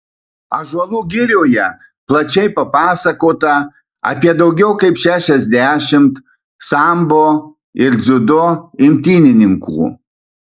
ąžuolų girioje plačiai papasakota apie daugiau kaip šešiasdešimt sambo ir dziudo imtynininkų